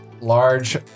large